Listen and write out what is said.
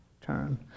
term